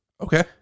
Okay